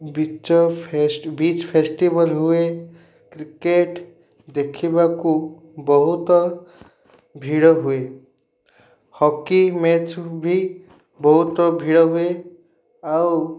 beach festival ହୁଏ cricket ଦେଖିବାକୁ ବହୁତ ଭିଡ଼ ହୁଏ ହକି ମେଚ ବି ବହୁତ ଭିଡ଼ ହୁଏ ଆଉ